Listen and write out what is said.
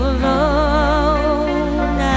alone